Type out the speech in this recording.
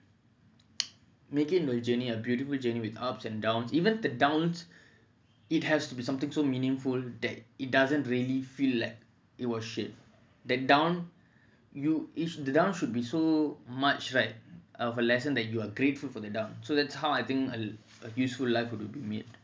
make it a journey a beautiful journey with ups and downs even the downs it has to be something so meaningful that it doesn't really feel like it was shit that down you each down should be so much right of a lesson that you are grateful for the down so that's how I think a useful life would be made